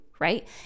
right